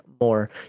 more